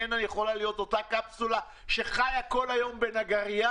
יכולה להיות אותה קפסולה שחיה כל היום בנגרייה